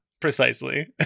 Precisely